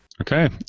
Okay